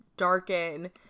darken